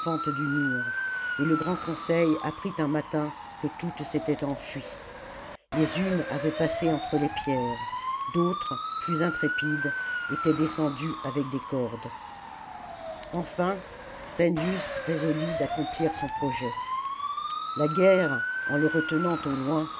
du mur et le grand conseil apprit un matin que toutes s'étaient enfuies les unes avaient passé entre les pierres d'autres plus intrépides étaient descendues avec des cordes enfin spendius résolut d'accomplir son projet la guerre en le retenant au loin